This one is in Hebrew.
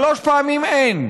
שלוש פעמים "אין",